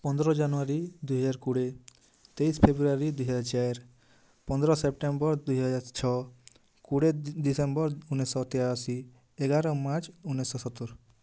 ପନ୍ଦର ଜାନୁଆରୀ ଦୁଇ ହଜାର କୋଡ଼ିଏ ତେଇଶ ଫେବୃଆରୀ ଦୁଇ ହଜାର ଚାରି ପନ୍ଦର ସେପ୍ଟେମ୍ବର ଦୁଇ ହଜାର ଛଅ କୋଡ଼ିଏ ଡ଼ିସେମ୍ବର ଉଣେଇଶହ ତେୟାଅଶୀ ଏଗାର ମାର୍ଚ୍ଚ ଉଣେଇଶହ ସତୁରୀ